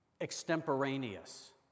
extemporaneous